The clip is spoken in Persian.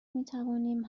میتوانیم